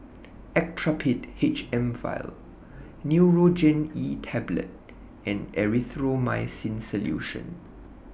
Actrapid H M Vial Nurogen E Tablet and Erythroymycin Solution